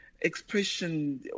expression